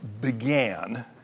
began